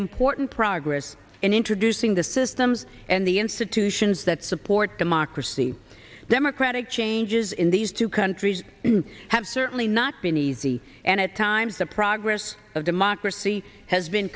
important progress in introducing the systems and the institutions that support democracy democratic changes in these two countries have certainly not been easy and at times the progress of democracy has been